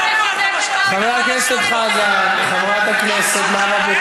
חבר הכנסת עודד פורר.